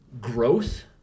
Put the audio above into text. growth